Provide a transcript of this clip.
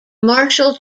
marshal